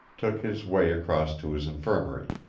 took his way across to his infirmary.